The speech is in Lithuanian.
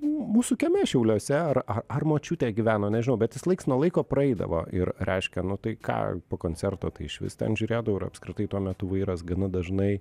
m mūsų kieme šiauliuose ar ar močiutė gyveno nežinau bet jis laiks nuo laiko praeidavo ir reiškia nu tai ką po koncerto tai išvis ten žiūrėdavau ir apskritai tuo metu vairas gana dažnai